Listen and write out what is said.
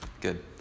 Good